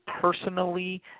personally